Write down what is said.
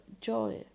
joy